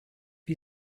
wie